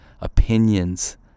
opinions